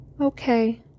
Okay